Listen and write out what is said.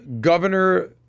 Governor